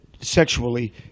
sexually